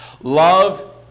love